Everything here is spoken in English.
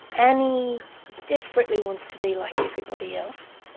annie desperately wants to be like everybody else,